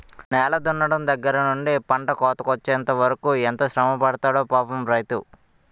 నేల దున్నడం దగ్గర నుంచి పంట కోతకొచ్చెంత వరకు ఎంత శ్రమపడతాడో పాపం రైతు